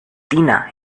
tina